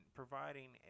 providing